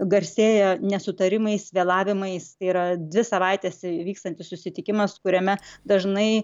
garsėja nesutarimais vėlavimais tai yra dvi savaites vykstantis susitikimas kuriame dažnai